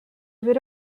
would